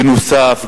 בנוסף,